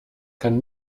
kann